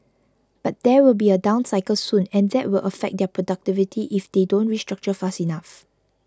but there will be a down cycle soon and that will affect their productivity if they don't restructure fast enough